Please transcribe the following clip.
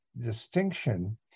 distinction